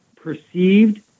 perceived